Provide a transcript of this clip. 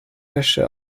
wäsche